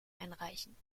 einreichen